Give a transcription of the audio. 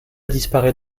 disparaît